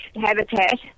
habitat